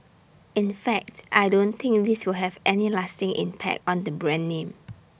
in fact I don't think this will have any lasting impact on the brand name